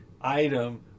item